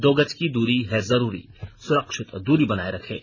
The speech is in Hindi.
दो गज की दूरी है जरूरी सुरक्षित दूरी बनाए रखें